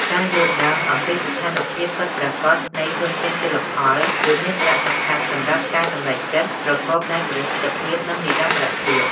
ការយល់ដឹងអំពីស្ថានភាពពិតប្រាកដនៃធនធានជលផល គឺមានសារៈសំខាន់សម្រាប់ការសម្រេចចិត្តប្រកបដោយប្រសិទ្ធភាព និងនិរន្តរភាព។